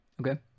okay